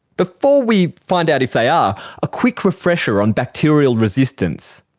before we find out if they are, a quick refresher on bacterial resistance.